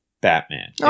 Batman